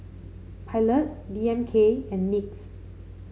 Pilot D M K and NYX